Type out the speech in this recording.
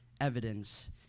evidence